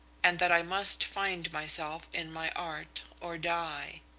and that i must find myself in my art or die.